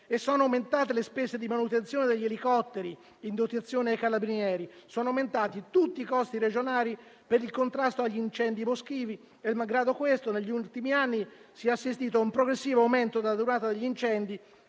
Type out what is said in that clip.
Sono aumentate le spese di manutenzione degli elicotteri in dotazione ai Carabinieri; sono aumentati tutti i costi regionali per il contrasto agli incendi boschivi e, malgrado questo, negli ultimi anni si è assistito a un progressivo aumento della durata degli incendi,